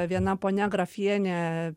viena ponia grafienė